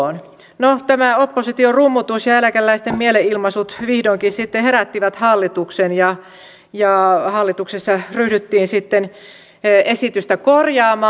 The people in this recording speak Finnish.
no tämä opposition rummutus ja eläkeläisten mielenilmaisut vihdoinkin sitten herättivät hallituksen ja hallituksessa ryhdyttiin sitten esitystä korjaamaan